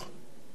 תודה רבה.